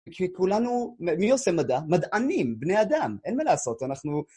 כי כולנו, מי עושה מדע? מדענים, בני אדם, אין מה לעשות, אנחנו...